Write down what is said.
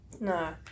No